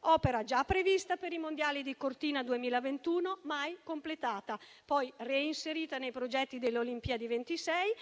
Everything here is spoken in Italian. opera già prevista per i campionati mondiali di Cortina 2021, mai completata, poi reinserita nei progetti delle Olimpiadi 2026.